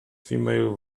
female